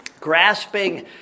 grasping